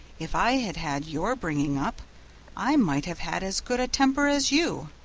if i had had your bringing up i might have had as good a temper as you,